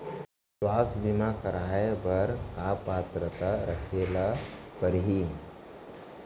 स्वास्थ्य बीमा करवाय बर का पात्रता रखे ल परही?